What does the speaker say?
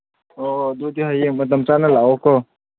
ꯑꯣ ꯑꯗꯨꯗꯤ ꯍꯌꯦꯡ ꯃꯇꯝ ꯆꯥꯅ ꯂꯥꯛꯂꯣꯀꯣ